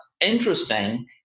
interesting